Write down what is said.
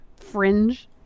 fringe